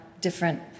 different